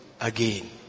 again